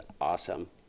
awesome